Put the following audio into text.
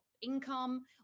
income